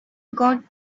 got